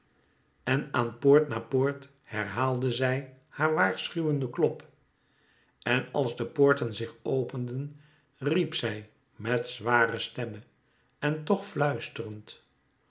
en aan poort na poort herhaalde zij haar waarschuwenden klop en als de poorten zich openden riep zij met zware stemme en tch fluisterend